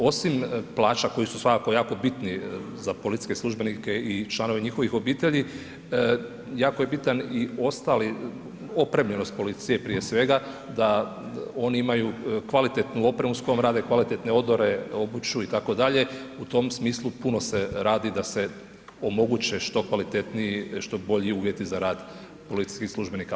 Osim plaća koje su svakako jako bitne za policijske službenike i članove njihovih obitelji jako je bitan i ostali, opremljenost policije prije svega da oni imaju kvalitetnu opremu s kojom rade kvalitetne odore, obuću itd., u tom smislu puno se radi da se omoguće što kvalitetniji, što bolji uvjeti za rad policijskih službenika.